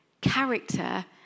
character